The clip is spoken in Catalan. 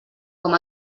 com